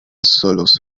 solos